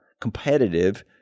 competitive